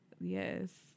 Yes